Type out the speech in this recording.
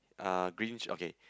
ah green~ okay